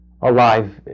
alive